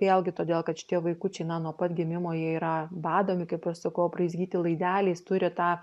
vėlgi todėl kad šitie vaikučiai nuo pat gimimo jie yra badomi kaip aš sakau apraizgyti laideliais turi tą